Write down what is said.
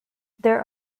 there